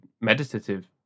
meditative